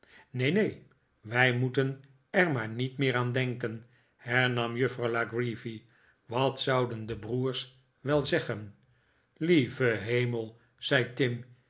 neen neen wij moeten er maar niet meer aan denken hernam juffrouw la creevy wat zouden de broers wel zeggen lieve hemel zei tim